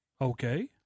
Okay